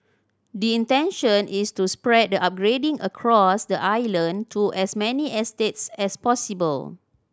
the intention is to spread the upgrading across the island to as many estates as possible